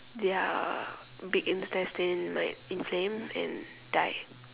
their big intestine might inflame and die